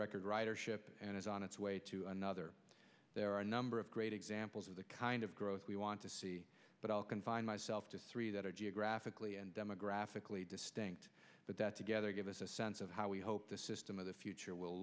record ridership and is on its way to another there are a number of great examples of the kind of growth we want to see but i'll confine myself to three that are geographically and demographically distinct but that together give us a sense of how we hope the system of the future w